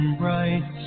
bright